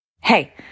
Hey